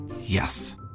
Yes